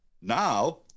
Now